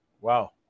Wow